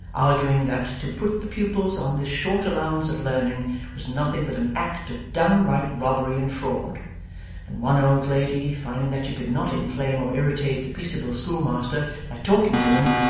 arguing that to put the pupils on this short allowance of learning was nothing but an act of downright robbery and fraud and one old lady, finding that she could not inflame or irritate the peaceable schoolmaster by talking to him,